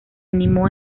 animó